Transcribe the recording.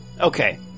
Okay